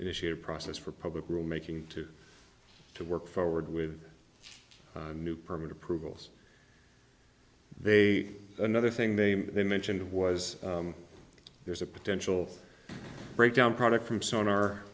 initiate a process for public rulemaking to to work forward with a new permit approvals they another thing name they mentioned was there's a potential breakdown product from s